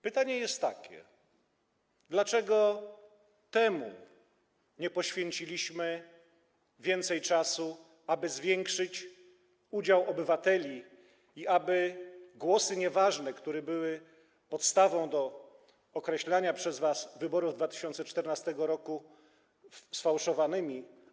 Pytanie jest takie: Dlaczego temu nie poświęciliśmy więcej czasu, aby zwiększyć udział obywateli i aby zmniejszyć liczbę głosów nieważnych, które były podstawą do określania przez was wyborów z 2014 r. sfałszowanymi?